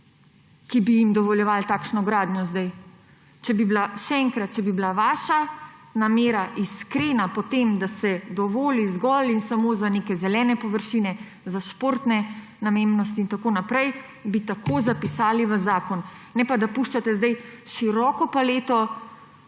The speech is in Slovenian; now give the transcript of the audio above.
ki bi jim dovoljevali takšno gradnjo zdaj? Še enkrat, če bi bila vaša namera iskrena, da se dovoli zgolj in samo za neke zelene površine, za športne namembnosti in tako naprej, bi tako zapisali zakon. Ne pa, da puščate zdaj široko paleto